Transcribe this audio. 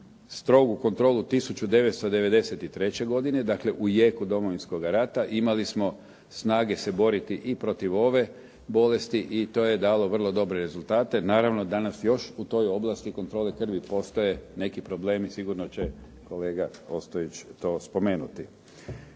strogu kontrolu, 1993. godine, dakle u jeku Domovinskoga rata. Imali smo snage se boriti i protiv ove bolesti i to je dalo vrlo dobre rezultate. Naravno, danas još u toj oblasti kontrole krvi postoje neki problemi, sigurno će kolega Ostojić to spomenuti.